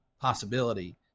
possibility